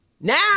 Now